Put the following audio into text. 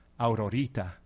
Aurorita